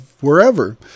wherever